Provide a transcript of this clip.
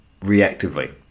reactively